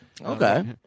Okay